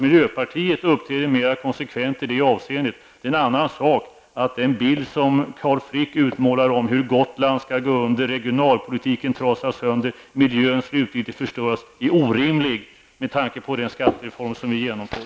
Miljöpartiet uppträder mer konsekvent i det avseendet. Det är en annan sak att den bild som Carl Frick utmålar av hur Gotland skall gå under, regionalpolitiken trasas sönder och miljön slutgiltigt förstöras är orimlig med tanke på den skattereform som vi genomför.